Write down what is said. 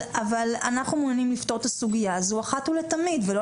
אנחנו מעוניינים לפתור את הסוגיה הזו אחת ולתמיד ולא